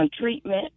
Treatment